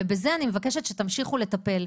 ובזה אני מבקשת שתמשיכו לטפל,